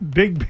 big